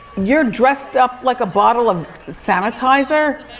you're dressed up like a bottle of sanitizer?